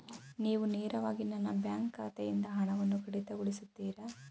ನೀವು ನೇರವಾಗಿ ನನ್ನ ಬ್ಯಾಂಕ್ ಖಾತೆಯಿಂದ ಹಣವನ್ನು ಕಡಿತಗೊಳಿಸುತ್ತೀರಾ?